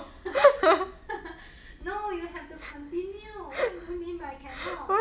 ha ha ha no you have to continue what do you mean by cannot